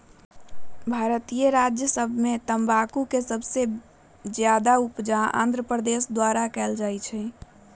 भारतीय राज्य सभ में तमाकुल के सबसे बेशी उपजा आंध्र प्रदेश द्वारा कएल जाइ छइ